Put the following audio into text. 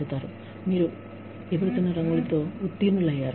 అంటే మీరు ఎగిరే రంగులతో ఉత్తీర్ణులయ్యారు